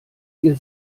ihr